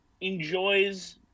enjoys